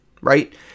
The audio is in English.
right